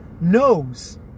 knows